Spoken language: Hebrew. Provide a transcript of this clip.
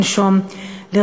בזאת נשמנו לרווחה,